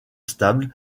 stable